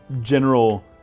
general